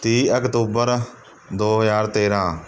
ਤੀਹ ਅਕਤੂਬਰ ਦੋ ਹਜ਼ਾਰ ਤੇਰ੍ਹਾਂ